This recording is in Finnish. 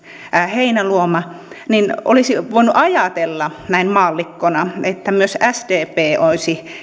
heinäluoma niin olisi voinut ajatella näin maallikkona että myös sdp olisi